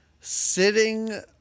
sitting